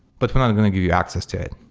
but we're not going to give you access to it.